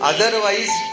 Otherwise